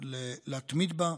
להתמיד בו,